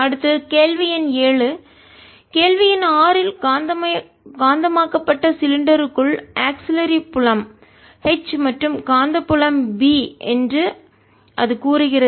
அடுத்த கேள்வி எண் 7 கேள்வி எண் 6 இன் காந்தமாக்கப்பட்ட சிலிண்டருக்குள் ஆக்ஸிலரி புலம் துணை புலம் H மற்றும் காந்தப்புலம் B என்று அது கூறுகிறது